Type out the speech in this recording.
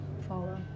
follow